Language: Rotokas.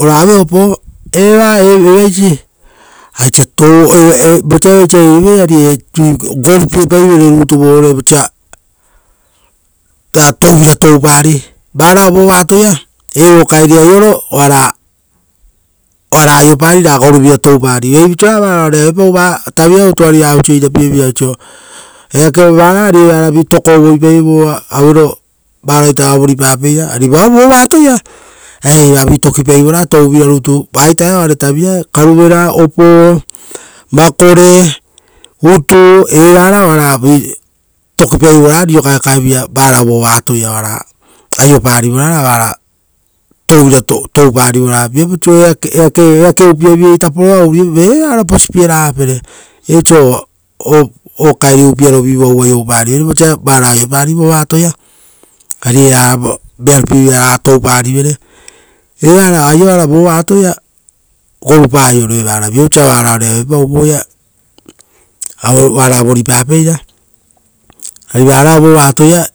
ora aue opo, evaisirei vosa vaisirei aiorivere ari vo gorupiepaivere rutu vore ra touvira toupari, varao atoia aioara oara aiopari ra goruvira toupari, viapau oisio ra varaore auepau aioara uvuapara, ari evara vi tokovoipaivoi; ari vao vova atoia, ari eva vi tokipaivora touvira rutu, vaita eva oare tavirae, karuvera, opoo, vakore uutu, eva oara vi tokipaivere riro kaekaevira varao vova atoia oara aioparivr, ra touvira touparivere. Viapau osio eake upiavi-vai taporo uriopapere; e-eva ora posipie ragapere, viapau oisio o-upiarovu ouparivere vosa varao aiopari vova atoia. Uvare evara aioara vova atoia, ari gorupa aioroa evara, viapau oisio ra varao re auepau vova uvuapara. Ari varao vova atoia.